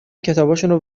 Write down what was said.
کتابشونو